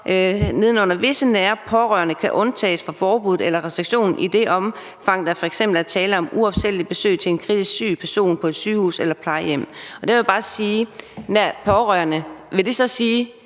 nedenunder: Visse nære pårørende kan undtages fra forbuddet eller restriktionen i det omfang, der f.eks. er tale om uopsættelige besøg til en kritisk syg person på et sygehus eller plejehjem. Der vil jeg bare spørge, hvem nært pårørende er. Vil det så sige,